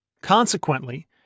Consequently